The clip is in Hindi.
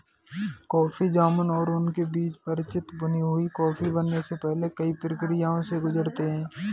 कॉफी जामुन और उनके बीज परिचित भुनी हुई कॉफी बनने से पहले कई प्रक्रियाओं से गुजरते हैं